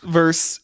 verse